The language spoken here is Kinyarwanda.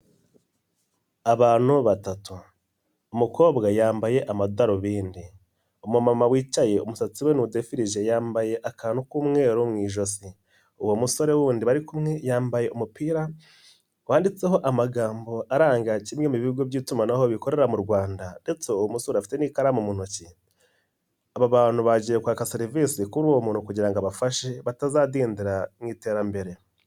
Abantu batatu umukobwa yambaye amadarubindi, umu mama wicaye umusatsi we nt'udefirije yambaye akantu k'umweru mu ijosi, uwo musore wundi bari kumwe yambaye umupira wanditseho amagambo aranga kimwe mu bigo by'itumanaho bikorera mu Rwanda ndetse uwo musore afite n'ikaramu mu ntoki, aba bantu bagiye kwaka serivisi kuri uwo muntu kugira ngo abafashe batazadindira mu iterambere.